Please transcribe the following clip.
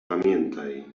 pamiętaj